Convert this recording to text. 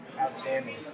outstanding